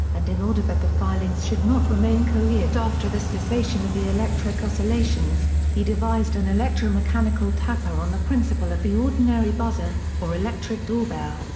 and in order that the filings should not remain cohered after the cessation of the electric oscillations, he devised an electro-mechanical tapper on the principle of the ordinary buzzer, or electric door-bell,